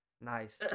Nice